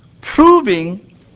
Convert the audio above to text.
proving